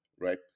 right